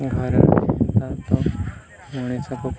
ଘର ତ ମଣିଷକୁ